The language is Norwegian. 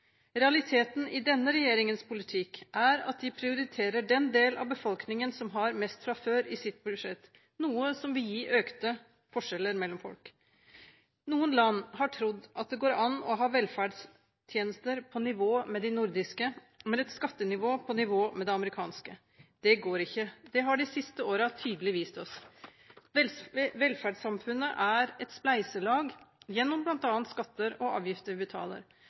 Realiteten i denne regjeringens politikk er at de prioriterer den del av befolkningen som har mest fra før, i sitt budsjett, noe som vil gi økte forskjeller mellom folk. Noen land har trodd at det går an å ha velferdstjenester på nivå med de nordiske, men et skattenivå på nivå med det amerikanske. Det går ikke. Det har de siste årene tydelig vist oss. Velferdssamfunnet er et spleiselag gjennom bl.a. skatter og avgifter som vi betaler.